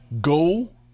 go